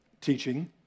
teaching